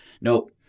Nope